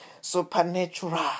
Supernatural